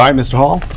um mr. hall.